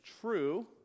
true